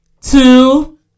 two